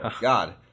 God